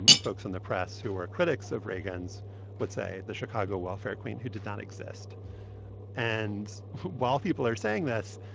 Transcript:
and folks in the press who were critics of reagan's would say, the chicago welfare queen who did not exist and while people are saying this,